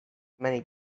many